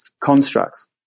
constructs